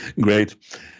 Great